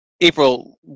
April